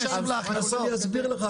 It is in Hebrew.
להכנסות?